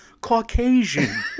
caucasian